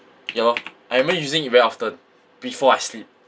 ya lor I remember using it very often before I sleep